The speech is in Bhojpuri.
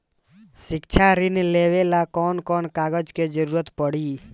शिक्षा ऋण लेवेला कौन कौन कागज के जरुरत पड़ी?